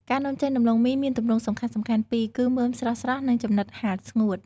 ការនាំចេញដំឡូងមីមានទម្រង់សំខាន់ៗពីរគឺ មើមស្រស់ៗ និងចំណិតហាលស្ងួត។